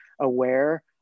aware